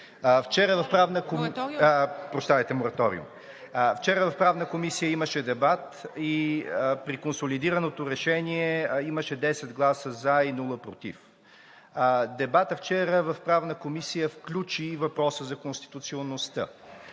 Вчера в Правната комисия имаше дебат и при консолидираното решение имаше 10 гласа „за“ и без „против“. Дебатът вчера в Правната комисия включи и въпроса за конституционността.